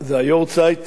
זה היארצייט